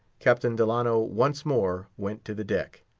captain delano once more went to the deck.